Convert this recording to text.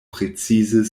precize